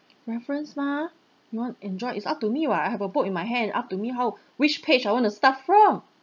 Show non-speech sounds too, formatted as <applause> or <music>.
preference mah not enjoy it's up to me [what] I have a book in my hand up to me how <breath> which page I want to start from